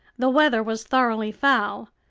the weather was thoroughly foul.